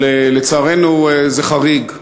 אבל לצערנו זה חריג,